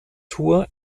tour